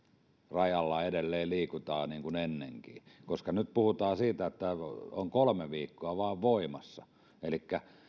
rajalla edelleen liikutaan niin kuin ennenkin nyt puhutaan siitä että tämä on vain kolme viikkoa voimassa elikkä